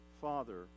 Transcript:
father